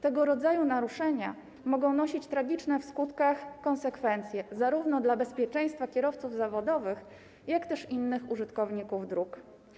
Tego rodzaju naruszenia mogą przynosić tragiczne w skutkach konsekwencje zarówno dla bezpieczeństwa kierowców zawodowych, jak i innych użytkowników dróg.